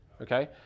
okay